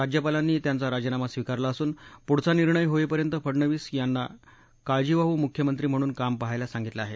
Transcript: राज्यपालांनी त्यांचा राजीनामा स्वीकारला असून पुढचा निर्णय होईपर्यंत फडणवीस यांना काळजीवाहू मुख्यमंत्री म्हणून काम पहायला सांगितलं आहे